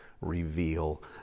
reveal